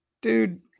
Dude